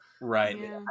Right